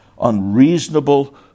unreasonable